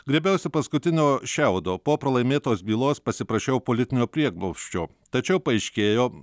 griebiausi paskutinio šiaudo po pralaimėtos bylos pasiprašiau politinio prieglobsčio tačiau paaiškėjo